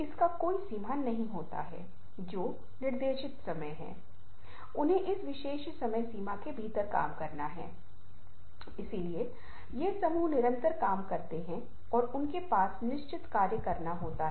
आप एक प्रेजेंटेशन भी बना सकते हैं जहाँ टेक्स्ट और इमेज लगभग एक दूसरे के बहुत करीब हो आप उस इमेज को यहाँ पर रख सकते हैं और साथ ही साथ यह आपकी पसंद है